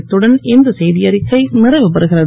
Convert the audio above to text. இத்துடன் இந்த செய்தியறிக்கை நிறைவுபெறுகிறது